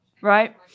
right